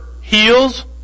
heals